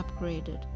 upgraded